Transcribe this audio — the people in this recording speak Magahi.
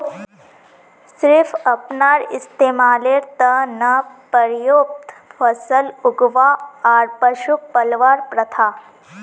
सिर्फ अपनार इस्तमालेर त न पर्याप्त फसल उगव्वा आर पशुक पलवार प्रथा